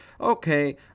okay